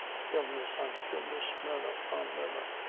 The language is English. stillness on stillness, murmur on murmur,